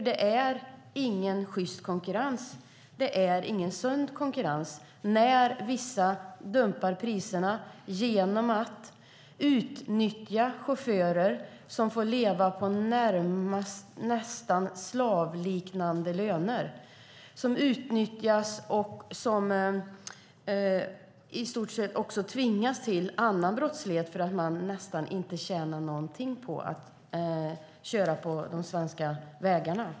Det är ingen sjyst konkurrens och det är ingen sund konkurrens när vissa dumpar priserna genom att utnyttja chaufförer som får leva på närmast slavliknande löner. Chaufförerna utnyttjas, och de tvingas i stort sett också till annan brottslighet eftersom de nästan inte tjänar någonting på att köra på de svenska vägarna.